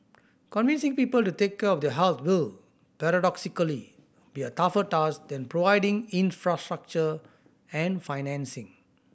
convincing people to take care of their health will paradoxically be a tougher task than providing infrastructure and financing